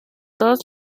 todos